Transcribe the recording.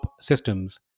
Systems